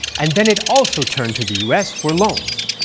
and then it also turned to the us for loans.